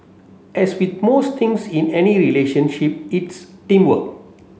as with most things in any relationship it's teamwork